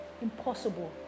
impossible